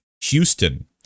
Houston